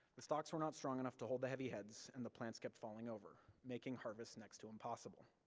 the stalks were not strong enough to hold the heavy heads, and the plants kept falling over, making harvest next to impossible.